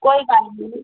कोई गल्ल निं भी